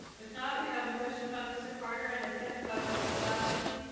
if not, we have a motion by mr. carter and a second by mr. lashley.